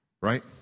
right